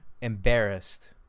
embarrassed